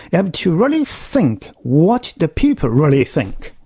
yeah um to really think, what the people really think.